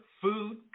food